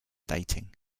dating